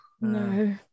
No